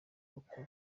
koko